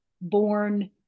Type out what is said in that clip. born